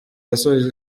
yasoje